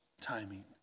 timing